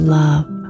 love